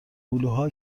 هلوها